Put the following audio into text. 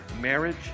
marriage